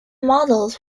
models